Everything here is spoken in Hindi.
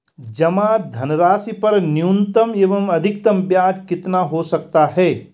जमा धनराशि पर न्यूनतम एवं अधिकतम ब्याज कितना हो सकता है?